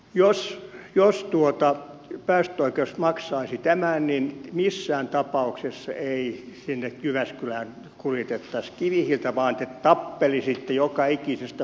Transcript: jos päästöoikeus maksaisi tämän missään tapauksessa ei sinne jyväskylään kuljetettaisi kivihiiltä vaan te tappelisitte joka ikisestä puukuutiosta